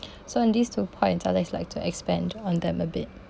so in these two point I'd just like to expand on them a bit